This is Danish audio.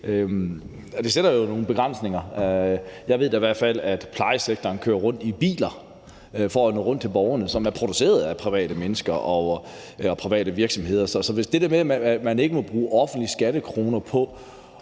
det sætter jo nogle begrænsninger. Jeg ved da i hvert fald, at man i plejesektoren kører rundt i biler for at nå rundt til borgerne, og de er produceret af private mennesker og private virksomheder. Så det der med, at man ikke må bruge offentlige skattekroner på